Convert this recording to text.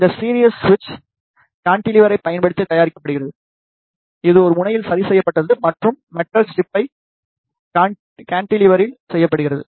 இந்த சீரிஸ் சுவிட்ச் கான்டிலீவரைப் பயன்படுத்தி தயாரிக்கப்படுகிறது இது ஒரு முனையில் சரி செய்யப்பட்டது மற்றும் மெட்டல் ஸ்ட்ரைப் கான்டிலீவரில் செய்யப்படுகிறது